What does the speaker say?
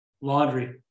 Laundry